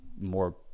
more